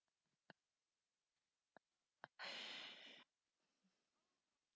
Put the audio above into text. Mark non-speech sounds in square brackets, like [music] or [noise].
[breath]